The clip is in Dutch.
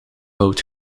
oud